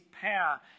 power